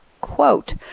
quote